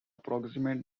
approximate